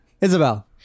Isabel